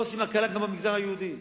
לא עושים הקלות גם במגזר היהודי.